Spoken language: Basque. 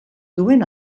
duen